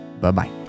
Bye-bye